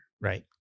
right